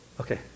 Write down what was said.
okay